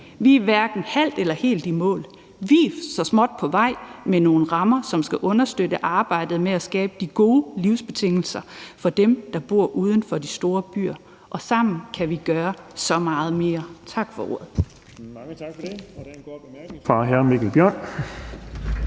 Vi er hverken halvt eller helt i mål, men vi er så småt på vej med nogle rammer, som skal understøtte arbejdet med at skabe de gode livsbetingelser for dem, der bor uden for de store byer, og sammen kan vi gøre så meget mere. Tak for ordet. Kl. 17:47 Den fg. formand (Erling Bonnesen): Mange tak